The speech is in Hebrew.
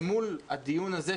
למול הדיון הזה,